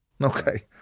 Okay